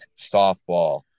softball